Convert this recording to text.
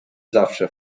zawsze